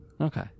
Okay